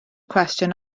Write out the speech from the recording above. cwestiwn